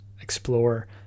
explore